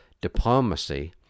diplomacy